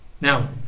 Now